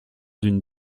d’une